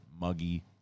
muggy